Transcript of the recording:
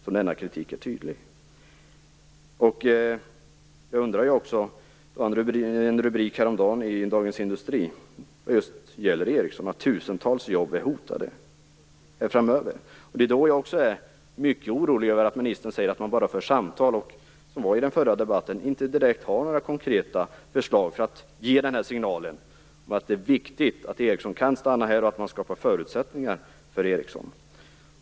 Jag såg häromdagen en rubrik i Dagens Industri som handlade om Ericsson. Det stod att tusentals jobb är hotade framöver. Då blir jag också mycket orolig över att ministern säger att man bara för samtal och inte, som framkom i den förra debatten, direkt har några konkreta förslag för att ge signaler om att det är viktigt att Ericsson kan stanna här och att man skapar förutsättningar för Ericsson.